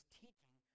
teaching